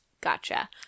Gotcha